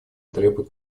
требует